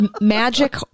magic